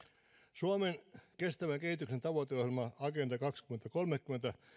suomen kestävän kehityksen tavoiteohjelma agenda kaksituhattakolmekymmentä